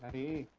the